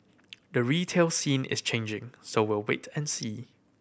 the retail scene is changing so we'll wait and see